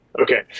okay